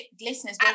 listeners